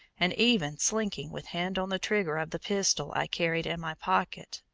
and even slinking with hand on the trigger of the pistol i carried in my pocket,